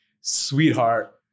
sweetheart